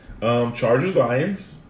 Chargers-Lions